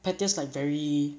pettiest like very